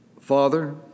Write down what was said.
Father